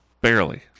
barely